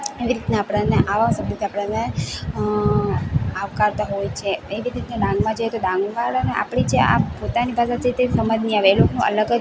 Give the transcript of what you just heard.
એવી રીતના આપણાને આવા શબ્દોથી આપણાને અઅ આવકારતા હોય છે તે રીતે તે ડાંગમાં જઈએ તો ડાંગ વાળાને આપણી જે આ પોતાની ભાષા છે તે સમજ નહીં આવે એ લોકોનું અલગ જ